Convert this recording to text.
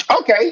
Okay